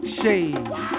shades